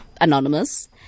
Anonymous